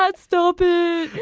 but stop it!